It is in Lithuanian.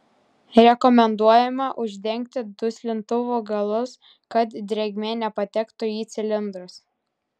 rekomenduojama uždengti duslintuvų galus kad drėgmė nepatektų į cilindrus